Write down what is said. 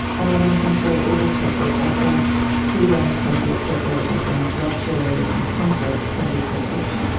and i don't think joy is a privilege. i think freedom can be a privilege i think luxury and comfort can be a privilege.